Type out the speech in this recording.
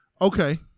Okay